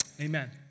Amen